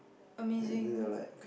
amazing